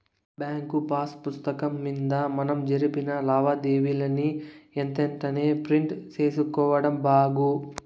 bank pass పుస్తకం మింద మనం జరిపిన లావాదేవీలని ఎంతెంటనే ప్రింట్ సేసుకోడం బాగు